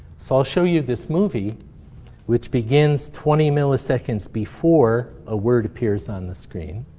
so i'll show you this movie which begins twenty milliseconds before a word appears on the screen.